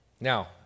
Now